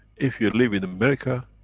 if you live in america,